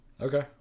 Okay